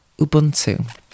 Ubuntu